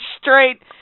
straight